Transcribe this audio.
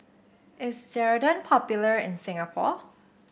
is Ceradan popular in Singapore